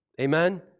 Amen